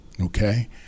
Okay